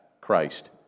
Christ